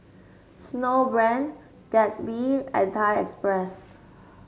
Snowbrand Gatsby and Thai Express